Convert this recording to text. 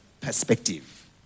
perspective